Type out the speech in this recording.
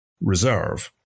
reserve